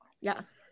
yes